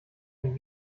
dem